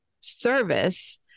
service